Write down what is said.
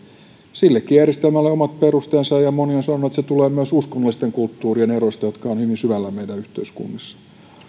sillekin järjestelmälle on omat perusteensa ja moni on sanonut että se tulee myös uskonnollisten kulttuurien eroista jotka ovat hyvin syvällä meidän yhteiskunnissamme